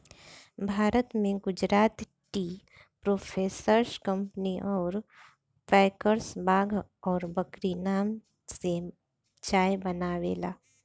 भारत में Gujarat tea processors company अउर packers Bagh और बकरी नाम से चाय बनावेला